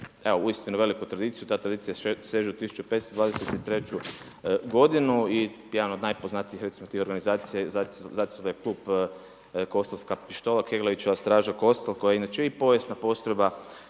evo uistinu veliku tradiciju. Ta tradicija seže od 1523. godine i jedan od najpoznatijih recimo tih organizacija … je klub Kostelska pištola, Keglevićeva straža Kostel koja je inače i povijesna postrojba